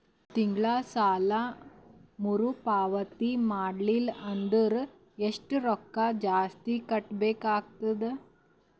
ತಿಂಗಳ ಸಾಲಾ ಮರು ಪಾವತಿ ಮಾಡಲಿಲ್ಲ ಅಂದರ ಎಷ್ಟ ರೊಕ್ಕ ಜಾಸ್ತಿ ಕಟ್ಟಬೇಕಾಗತದ?